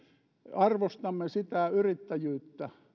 arvostamme sitä yrittäjyyttä